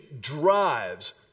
drives